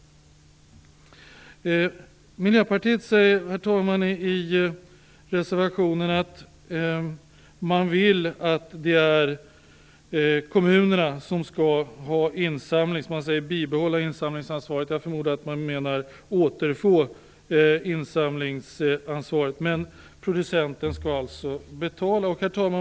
Miljöpartiet säger i reservationen att man vill att kommunerna skall bibehålla insamlingsansvaret. Jag förmodar att man menar de skall återfå insamlingsansvaret. Men producenten skall alltså betala.